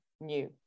new